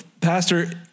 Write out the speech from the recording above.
Pastor